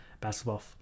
basketball